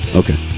okay